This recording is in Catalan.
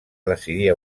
decidir